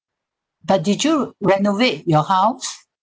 but did you renovate your house